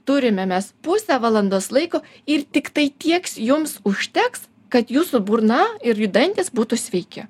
turime mes pusę valandos laiko ir tiktai tieks jums užteks kad jūsų burna ir jų dantys būtų sveiki